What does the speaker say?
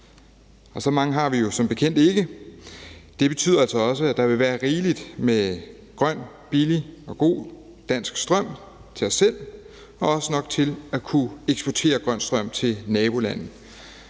Så mange har vi jo som bekendt ikke. Det betyder altså også, at der vil være rigelig med grøn, billig og god dansk strøm til os selv og også nok til at kunne eksportere grøn strøm til nabolande.